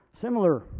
Similar